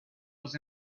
was